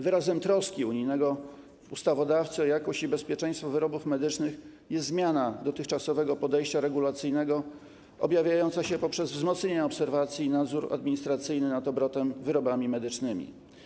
Wyrazem troski unijnego ustawodawcy o jakość i bezpieczeństwo wyrobów medycznych jest zmiana dotychczasowego podejścia regulacyjnego objawiająca się poprzez wzmocnienie obserwacji i nadzoru administracyjnego nad obrotem wyrobami medycznymi.